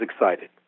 excited